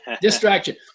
distraction